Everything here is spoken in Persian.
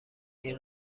این